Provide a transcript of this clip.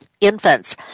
infants